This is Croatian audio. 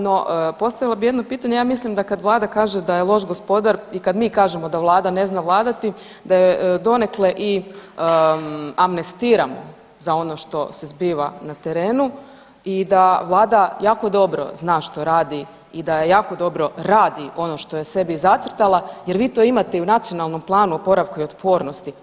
No, postavila bi jedno pitanje, ja mislim da kad Vlada kaže da je loš gospodar i kad mi kažemo da Vlada ne zna vladati, da je donekle i amnestiramo za ono što se zbiva na terenu i da Vlada jako dobro zna što radi i da je jako dobro radi ono što je sebi zacrtala jer vi to imate i u Nacionalnom planu oporavka i otpornosti.